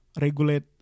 regulate